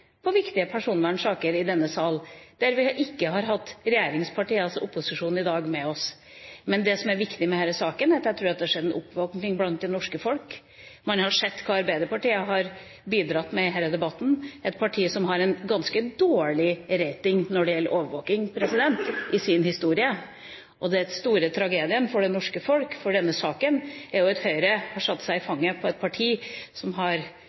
på personvernets side. Det har skjedd ofte at vi også har hatt godt følge av Høyre i viktige personvernsaker i denne sal, der vi ikke har hatt regjeringspartienes opposisjon i dag med oss. Men det som er viktig med denne saken, er at jeg tror det har skjedd en oppvåkning blant det norske folk. Man har sett hva Arbeiderpartiet har bidratt med i denne debatten – et parti som med sin historie har en ganske dårlig rating når det gjelder overvåkning. Og den store tragedien for det norske folk i denne saken er at Høyre har satt seg